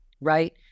right